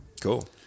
Cool